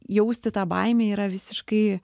jausti tą baimę yra visiškai